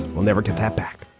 we'll never get that back.